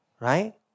Right